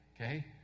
okay